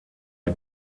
die